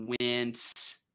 went